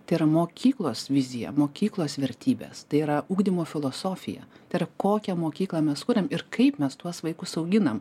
tai yra mokyklos vizija mokyklos vertybės tai yra ugdymo filosofija tai yra kokią mokyklą mes kuriam ir kaip mes tuos vaikus auginam